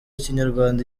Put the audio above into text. ikinyarwanda